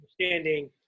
understanding